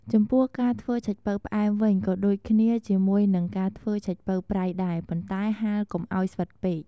ចំពោះការធ្វើឆៃប៉ូវផ្អែមវិញ ក៏ដូចគ្នាជាមួយនឹងការធ្វើឆៃប៉ូវប្រៃដែរប៉ុន្តែហាលកុំឱ្យស្វិតពេក។